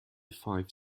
five